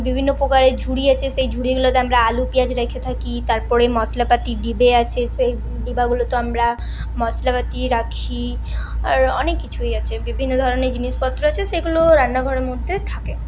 বিভিন্ন প্রকারের ঝুড়ি আছে সেই ঝুড়িগুলোতে আমরা আলু পেঁয়াজ রেখে থাকি তার পরে মশলাপাতির ডিবে আছে সেই ডিবাগুলোতেও আমরা মশলাপাতি রাখি আর অনেক কিছুই আছে বিভিন্ন ধরনের জিনিসপত্র আছে সেইগুলোও রান্নাঘরের মধ্যে থাকে